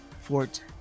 Fort